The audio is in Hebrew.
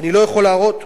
אני לא יכול להראות?